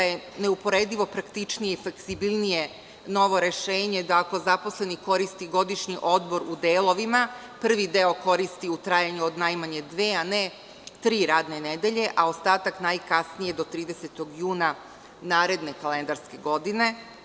Neuporedivo je praktičnije i fleksibilnije novo rešenje da ako zaposleni koristi godišnji odmor u delovima, da prvi deo koristi u trajanju od najmanje dve, a ne tri radne nedelje, a ostatak najkasnije do 30. juna naredne kalendarske godine.